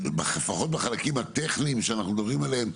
לפחות בחלקים הטכניים שאנחנו מדברים עליהם,